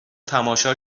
تماشا